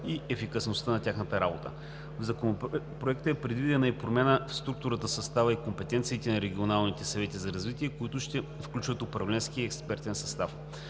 и ефикасността на тяхната работа. В Законопроекта е предвидена и промяна в структурата, състава и компетенциите на регионалните съвети за развитие, които ще включват управленски и експертен състав.